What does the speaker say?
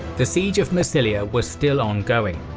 the siege of massilia was still ongoing.